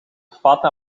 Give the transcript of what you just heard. fata